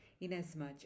inasmuch